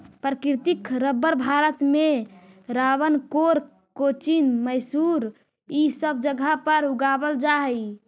प्राकृतिक रबर भारत में त्रावणकोर, कोचीन, मैसूर इ सब जगह पर उगावल जा हई